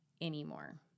anymore